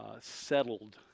settled